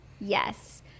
Yes